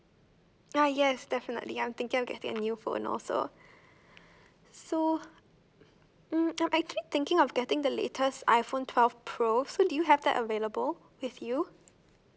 ah yes definitely I'm thinking of getting a new phone also so mm I'm actually thinking of getting the latest iPhone twelve pro so do you have that available with you